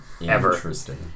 Interesting